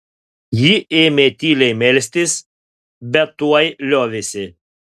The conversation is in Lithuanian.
ji ėmė tyliai melstis bet tuoj liovėsi